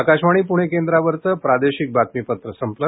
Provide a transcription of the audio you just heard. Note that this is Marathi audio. आकाशवाणी प्रणे केंद्रावरचं प्रादेशिक बातमीपत्र संपलं